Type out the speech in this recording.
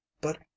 but—